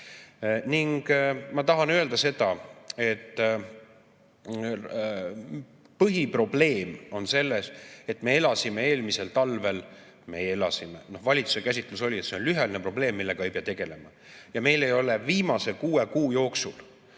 Ma tahan öelda seda, et põhiprobleem on selles, et me elasime eelmisel talvel, või mis me elasime, valitsuse käsitlus oli, et see on lühiajaline probleem, millega ei pea tegelema. Ja meil ei ole viimase kuue kuu jooksul